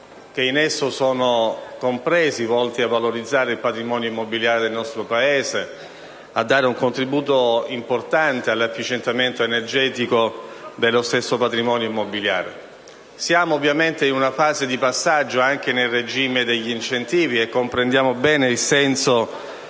che in esso sono compresi, volti a valorizzare il patrimonio immobiliare del nostro Paese e a dare un contributo importante all'efficientamento energetico dello stesso. Ovviamente siamo in una fase di passaggio anche nel regime degli incentivi e comprendiamo bene il senso